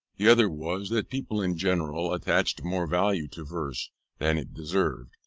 the other was, that people in general attached more value to verse than it deserved,